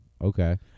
Okay